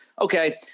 Okay